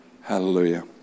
Hallelujah